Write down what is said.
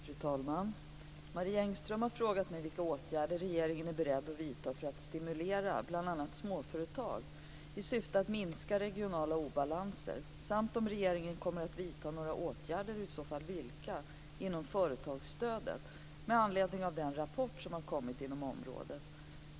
Fru talman! Marie Engström har frågat mig vilka åtgärder regeringen är beredd att vidta för att stimulera bl.a. småföretag i syfte att minska regionala obalanser, samt om regeringen kommer att vidta några åtgärder, och i så fall vilka, inom företagsstödet med anledning av den rapport som kommit inom området.